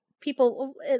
people